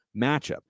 matchup